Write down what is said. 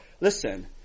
listen